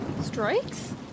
Strikes